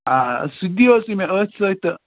آ سُہ دِی حظ تُہۍ مےٚ أتھۍ سۭتۍ تہٕ